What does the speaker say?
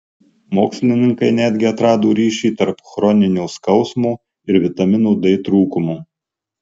mokslininkai netgi atrado ryšį tarp chroninio skausmo ir vitamino d trūkumo